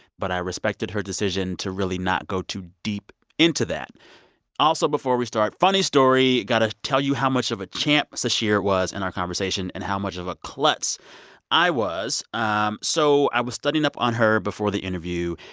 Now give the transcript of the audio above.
but i respected her decision to really not go too deep into that also, before we start funny story got to tell you how much of a champ sasheer was in our conversation and how much of a klutz i was. um so i was studying up on her before the interview,